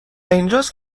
اینجاست